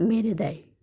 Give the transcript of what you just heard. মেরে দেয়